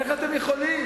איך אתם יכולים?